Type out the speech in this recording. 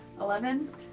Eleven